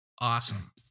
awesome